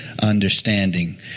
Understanding